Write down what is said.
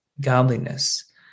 godliness